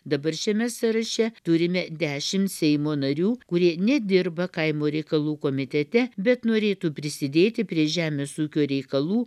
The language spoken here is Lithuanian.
dabar šiame sąraše turime dešim seimo narių kurie nedirba kaimo reikalų komitete bet norėtų prisidėti prie žemės ūkio reikalų